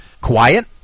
quiet